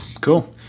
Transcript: cool